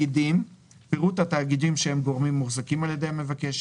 פירוט התאגידים שהם גורמים מוחזקים על ידי המבקש,